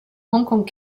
hongkong